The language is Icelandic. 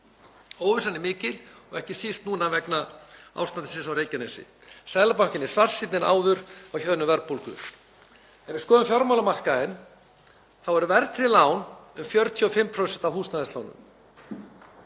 Óvissan er mikil, ekki síst núna vegna ástandsins á Reykjanesskaga. Seðlabankinn er svartsýnni en áður á hjöðnun verðbólgu. Ef við skoðum fjármálamarkaðinn eru verðtryggð lán um 45% af húsnæðislánum.